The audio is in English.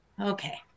Okay